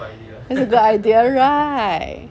this is the idea right